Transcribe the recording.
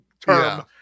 term